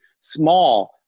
small